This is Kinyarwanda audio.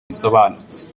isobanutse